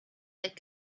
that